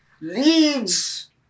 leads